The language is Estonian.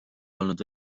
polnud